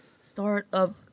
Startup